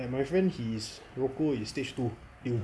my friend is roko his stage two clean